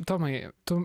tomai tu